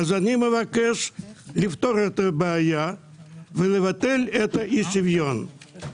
אני מבקש לפתור את הבעיה ולבטל את האי-שוויון.